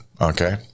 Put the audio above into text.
Okay